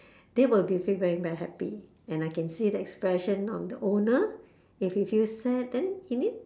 they will be feeling very happy and I can see the expression on the owner if he feel sad then he need